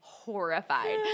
Horrified